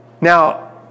Now